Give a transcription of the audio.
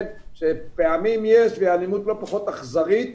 פעמים יש והאלימות לא פחות אכזרית,